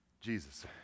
Jesus